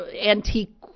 antique